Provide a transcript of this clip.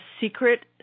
secret